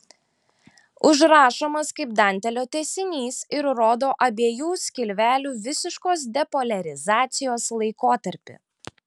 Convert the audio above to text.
užrašomas kaip dantelio tęsinys ir rodo abiejų skilvelių visiškos depoliarizacijos laikotarpį